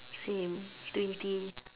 same twenty